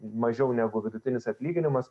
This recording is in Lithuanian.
mažiau negu vidutinis atlyginimas